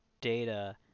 data